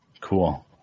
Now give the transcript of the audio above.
Cool